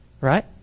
Right